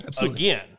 again